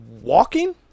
walking